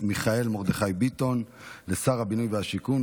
מיכאל מרדכי ביטון לשר הבינוי והשיכון,